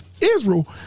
Israel